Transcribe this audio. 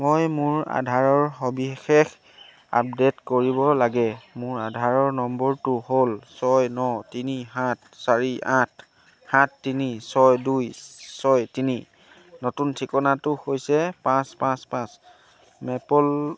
মই মোৰ আধাৰৰ সবিশেষ আপডেট কৰিব লাগে মোৰ আধাৰৰ নম্বৰটো হ'ল ছয় ন তিনি সাত চাৰি আঠ সাত তিনি ছয় দুই ছয় তিনি নতুন ঠিকনাটো হৈছে পাঁচ পাঁচ পাঁচ মেপল